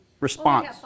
response